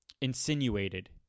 insinuated